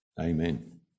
Amen